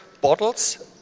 bottles